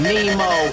Nemo